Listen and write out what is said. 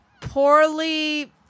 Poorly